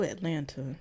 Atlanta